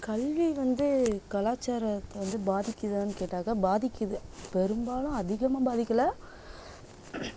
கல்வி வந்து கலாச்சாரத்தை வந்து பாதிக்குதானு கேட்டாக்க பாதிக்குது பெரும்பாலும் அதிகமாக பாதிக்கல